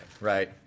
right